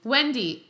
Wendy